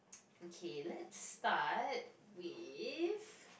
okay let's start with